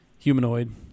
Humanoid